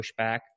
pushback